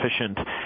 efficient